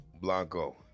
Blanco